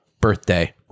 birthday